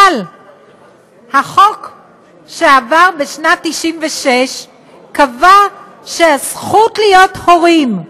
אבל החוק שעבר בשנת 1996 קבע שהזכות להיות הורים,